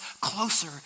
closer